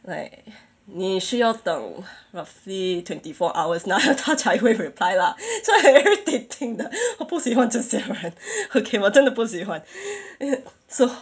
like 你是要等 roughly twenty four hours 然后他才会 reply lah so 很 irritating 的我不喜欢这些人 okay 我真的不喜欢 so